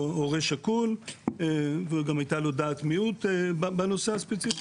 תחתונה אמפירית לגבי הרצון המשוער הזה של כל אדם להמשכיות,